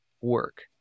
work